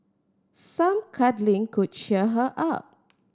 some cuddling could cheer her up